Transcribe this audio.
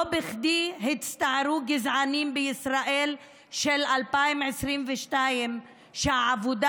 לא בכדי הצטערו גזענים בישראל של 2022 שהעבודה